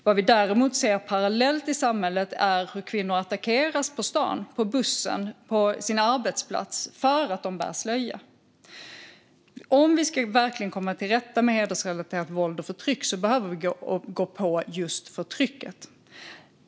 Vad vi däremot ser parallellt i samhället är hur kvinnor attackeras på stan, på bussen och på sin arbetsplats för att de bär slöja. Om vi verkligen ska komma till rätta med hedersrelaterat våld och förtryck behöver vi gå på just förtrycket.